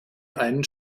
einen